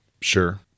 Sure